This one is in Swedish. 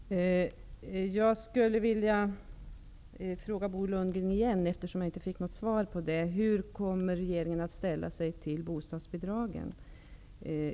Herr talman! Jag skulle vilja upprepa en fråga till Bo Lundgren, eftersom jag inte fick något svar på den. Hur kommer regeringen att ställa sig till bostadsbidragen?